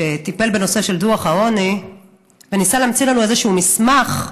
שטיפל בנושא של דוח העוני וניסה להמציא לנו איזשהו מסמך,